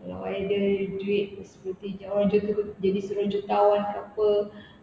kalau I ada duit seperti jutawan jadi seorang jutawan ke apa